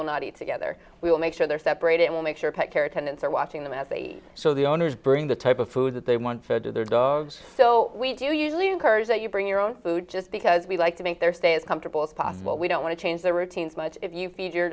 will not eat together we will make sure they're separate it will make sure pet care attendants are watching them as a so the owners bring the type of food that they want for their dogs so we do usually encourage that you bring your own food just because we like to make their stay as comfortable as possible we don't want to change their routines much if you feed your